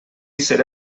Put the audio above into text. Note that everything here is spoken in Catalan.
seré